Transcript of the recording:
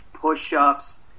push-ups